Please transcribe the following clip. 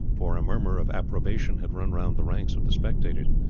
for a murmur of approbation had run round the ranks of the spectators,